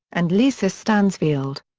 and lisa stansfield.